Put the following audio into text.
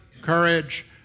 courage